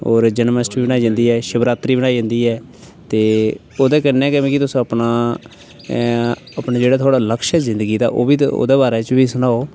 होर जन्माष्टमी बनाई जन्दी ऐ शिवरात्रि बनाई जन्दी ऐ ते ओह्दे कन्नै गै मिगी तुस अपना अपना थोह्ड़ा जेह्ड़ा लक्ष्य ऐ ज़िन्दगी दा ओह् बी ओह्दे बारे च बी सनाओ